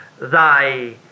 thy